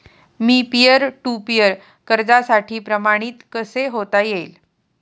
Me peer to peer कर्जासाठी प्रमाणित कसे होता येईल?